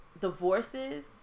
divorces